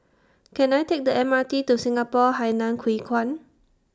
Can I Take The M R T to Singapore Hainan Hwee Kuan